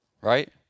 right